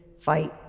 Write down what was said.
fight